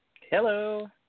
Hello